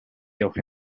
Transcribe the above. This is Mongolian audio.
явах